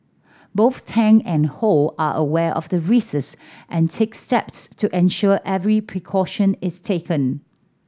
both Tang and Ho are aware of the risks and take steps to ensure every precaution is taken